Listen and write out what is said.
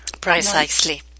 Precisely